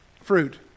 Fruit